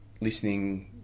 listening